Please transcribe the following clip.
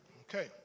Okay